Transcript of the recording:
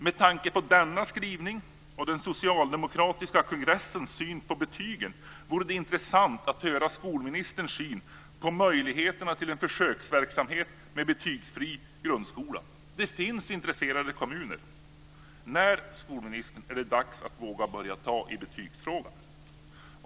Med tanke på denna skrivning och den socialdemokratiska kongressens syn på betygen vore det intressant att höra skolministerns syn på möjligheterna till en försöksverksamhet med betygsfri grundskola. Det finns intresserade kommuner. När, skolministern, är det dags att våga börja ta i betygsfrågan?